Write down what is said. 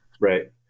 Right